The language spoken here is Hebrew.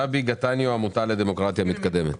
שבי גטניו, עמותה לדמוקרטיה מתקדמת.